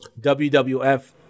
WWF